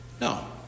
No